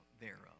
thereof